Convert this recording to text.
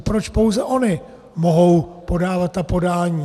Proč pouze ony mohou podávat ta podání?